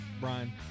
brian